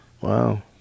Wow